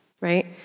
right